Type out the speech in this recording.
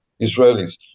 Israelis